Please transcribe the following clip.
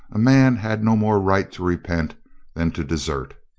a man had no more right to repent than to desert.